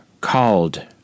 called